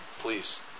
please